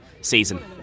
season